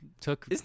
took